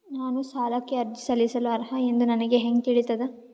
ನಾನು ಸಾಲಕ್ಕೆ ಅರ್ಜಿ ಸಲ್ಲಿಸಲು ಅರ್ಹ ಎಂದು ನನಗೆ ಹೆಂಗ್ ತಿಳಿತದ?